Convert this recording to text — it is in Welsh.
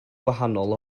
gwahanol